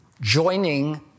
Joining